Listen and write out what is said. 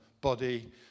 body